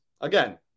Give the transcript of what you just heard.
Again